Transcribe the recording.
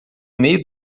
meio